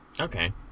Okay